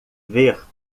ver